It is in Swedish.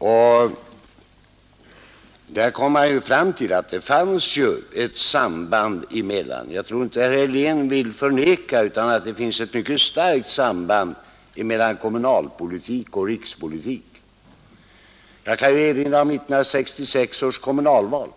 frågor. Den kom fram till att det fanns — och jag tror inte att herr Helén vill förneka det sambandet — ett mycket starkt samband mellan kommunalpolitik och rikspolitik. Jag kan erinra om 1966 års kommunalval.